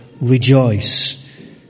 Rejoice